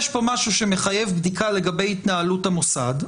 יש פה משהו שמחייב בדיקה לגבי התנהלות המוסד.